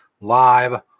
live